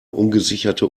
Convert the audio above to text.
ungesicherte